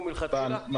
מלכתחילה?